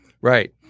Right